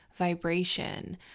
vibration